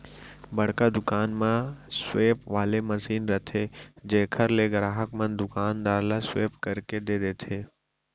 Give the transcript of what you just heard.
बड़का दुकान म स्वेप वाले मसीन रथे जेकर ले गराहक मन दुकानदार ल स्वेप करके दे देथे